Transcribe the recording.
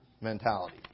mentality